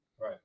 Right